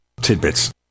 Tidbits